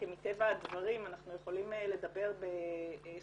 כי מטבע הדברים אנחנו יכולים לדבר בשפה